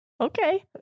Okay